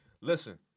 Listen